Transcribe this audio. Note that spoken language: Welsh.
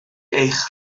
eich